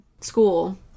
school